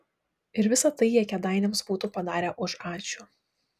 ir visa tai jie kėdainiams būtų padarę už ačiū